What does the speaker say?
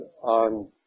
on